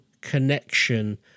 connection